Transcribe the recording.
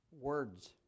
Words